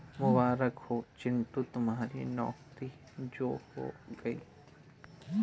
मुबारक हो चिंटू तुम्हारी नौकरी जो हो गई है